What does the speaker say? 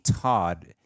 Todd